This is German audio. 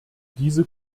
diese